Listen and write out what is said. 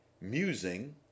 Musing